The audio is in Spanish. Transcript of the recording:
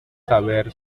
saber